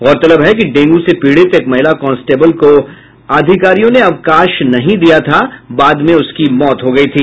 गौरतलब है कि डेंगू से पीड़ित एक महिला कांस्टेबल को अधिकारियों ने अवकाश नहीं दिया था बाद में उसकी मौत हो गयी थी